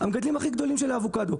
המגדלים הכי גדולים של אבוקדו.